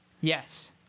yes